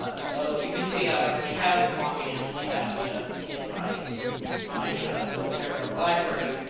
ah so you can see i already have kwame anthony appiah in my in my zotero library,